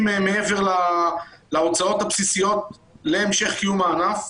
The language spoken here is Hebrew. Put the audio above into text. מעבר להוצאות הבסיסיות להמשך קיום הענף.